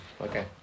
okay